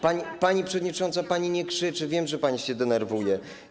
Pani przewodnicząca, pani nie krzyczy, wiem, że pani się denerwuje.